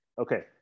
Okay